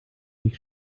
sich